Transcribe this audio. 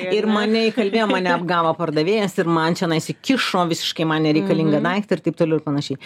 ir mane įkalbėjo mane apgavo pardavėjas ir man tenais įkišo visiškai man nereikalingą daiktą ir taip toliau ir panašiai